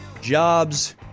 jobs